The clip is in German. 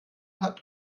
hat